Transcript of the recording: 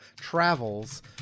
travels